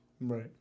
right